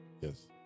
Yes